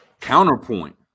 Counterpoint